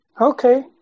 Okay